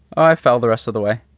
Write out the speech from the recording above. i fell the rest of the way.